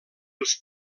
els